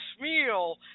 meal